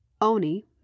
Oni